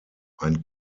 ein